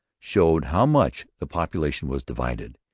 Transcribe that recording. showed how much the population was divided.